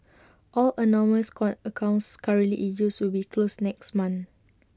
all anonymous quite accounts currently in use will be closed next month